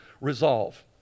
resolve